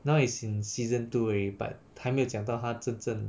now is in season two already but 还没有讲到他真正